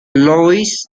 louis